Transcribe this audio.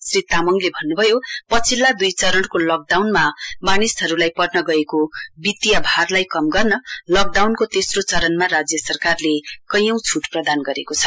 श्री तामङले भन्नुभयो पछिल्ला दुई चरणको लकडाउनमा मानिसहरूलाई पर्न गएको वित्तीय भार कम गर्न लकडाउनको तेस्रो चरणमा राज्य सरकारले कैयौं छूट प्रदान गरेको छ